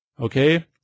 okay